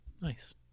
Nice